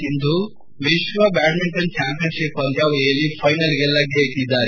ಸಿಂಧು ವಿಶ್ವ badminton championship ಪಂದ್ಯಾವಳಿಯಲ್ಲಿ ಫೈನಲ್ಗೆ ಲಗ್ಗೆ ಇಟ್ಟದ್ದಾರೆ